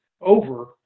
over